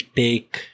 take